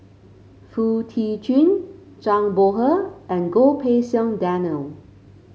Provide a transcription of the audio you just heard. Foo Tee Jun Zhang Bohe and Goh Pei Siong Daniel